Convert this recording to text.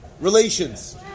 relations